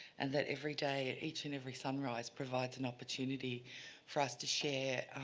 and that every day, each and every sunrise provides an opportunity for us to share